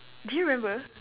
do you remember